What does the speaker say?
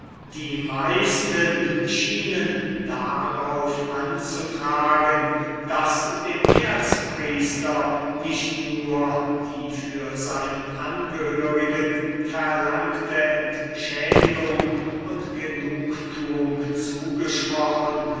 die meisten schienen darauf anzutragen daß dem erzpriester nicht nur die für seinen angehörigen verlangte entschädigung und genugtuung zugesprochen